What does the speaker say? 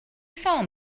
saw